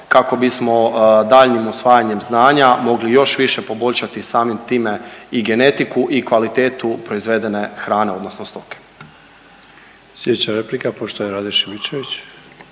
kako bismo daljnjim usvajanjem znanja mogli još više poboljšati samim time i genetiku i kvalitetu proizvedene hrane odnosno stoke. **Sanader, Ante (HDZ)** Slijedeća